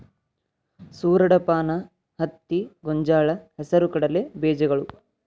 ಸೂರಡಪಾನ, ಹತ್ತಿ, ಗೊಂಜಾಳ, ಹೆಸರು ಕಡಲೆ ಬೇಜಗಳು